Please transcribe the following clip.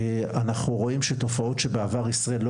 אנחנו רואים שתופעות שבעבר ישראל לא